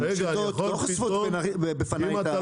המשחטות לא חושפות בפניי את הנתונים שלהם.